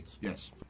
Yes